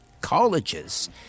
colleges